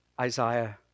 Isaiah